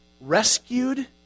rescued